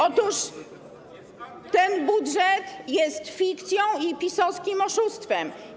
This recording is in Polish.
Otóż ten budżet jest fikcją i PiS-owskim oszustwem.